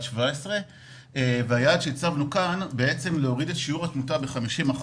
17. היעד שהצבנו כאן הוא להוריד שאת שיעור התמותה ב-50%,